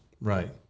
right